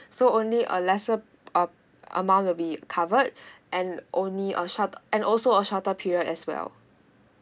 so only a lesser uh amount to be covered and only a short and also a shorter period as well